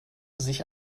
sich